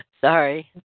Sorry